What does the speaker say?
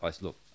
look